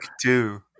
two